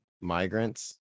migrants